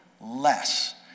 less